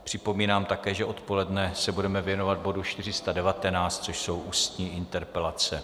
Připomínám také, že odpoledne se budeme věnovat bodu 490, což jsou ústní interpelace.